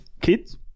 kids